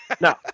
No